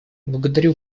благодарю